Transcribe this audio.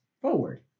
forward